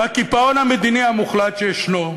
בקיפאון המדיני המוחלט שישנו,